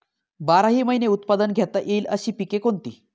बाराही महिने उत्पादन घेता येईल अशी पिके कोणती?